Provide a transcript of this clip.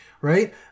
right